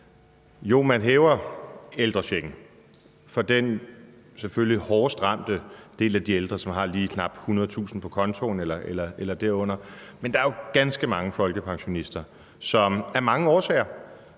Ja, man hæver ældrechecken for den selvfølgelig hårdest ramte del af de ældre, som har lige knap 100.000 kr. på kontoen eller derunder, men der er jo ganske mange folkepensionister, som af mange årsager